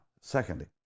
secondly